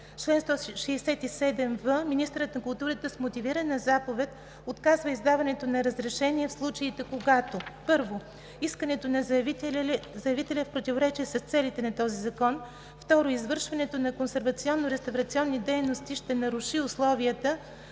167в. Министърът на културата с мотивирана заповед отказва издаването на разрешение в случаите, когато: 1. искането на заявителя е в противоречие с целите на този закон; 2. извършването на консервационно-реставрационни дейности ще наруши условията